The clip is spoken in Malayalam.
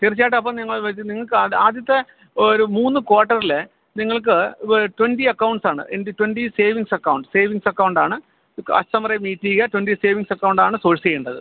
തീർച്ചയായിട്ടും അപ്പോള് നിങ്ങൾ ഇത് നിങ്ങള്ക്ക് ആദ്യത്തെ ഒരു മൂന്ന് കോട്ടറില് നിങ്ങൾക്ക് ട്വൻറ്റി അക്കൗണ്ട്സാണ് into twenty savings accounts savings അക്കൗണ്ടാണ് കസ്റ്റമറെ മീറ്റ് ചെയ്യുക ട്വൻറ്റി സേവിങ്സ് അക്കൗണ്ടാണ് സോഴ്സ് ചെയ്യേണ്ടത്